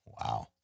Wow